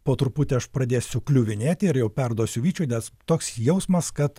po truputį aš pradėsiu kliuvinėti ir jau perduosiu vyčiui nes toks jausmas kad